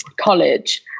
college